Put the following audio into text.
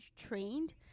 Trained